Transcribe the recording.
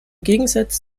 gegensatz